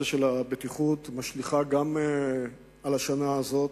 של הבטיחות משליך גם על השנה הזאת.